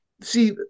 See